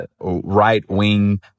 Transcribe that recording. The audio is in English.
right-wing